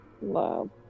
wow